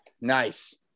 Nice